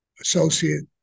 associate